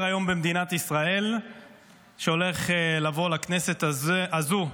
היום במדינת ישראל שהולך לבוא לכנסת הזאת.